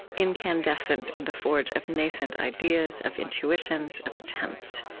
incandescent in the forage of nascent ideas, of intuitions, of attempts,